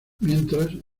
mientras